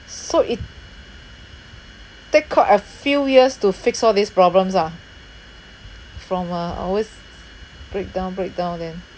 so it take up a few years to fix all these problems ah from uh always break down break down then